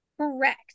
Correct